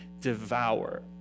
devour